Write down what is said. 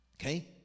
okay